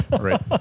Right